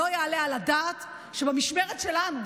ולא יעלה על הדעת שבמשמרת שלנו,